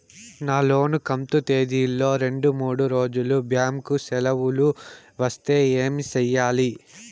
నా లోను కంతు తేదీల లో రెండు మూడు రోజులు బ్యాంకు సెలవులు వస్తే ఏమి సెయ్యాలి?